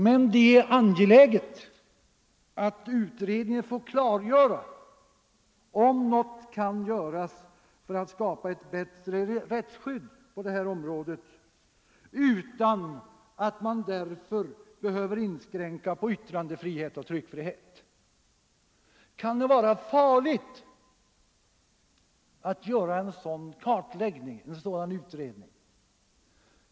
Men det är angeläget att utredningen får klargöra om något kan göras för att skapa ett bättre rättsskydd på detta område utan att man därför behöver inskränka yttrandefrihet och tryckfrihet. Kan det vara farligt att göra en sådan kartläggning?